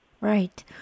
Right